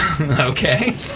Okay